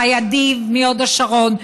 חי אדיב מהוד השרון,